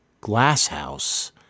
Glasshouse